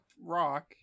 rock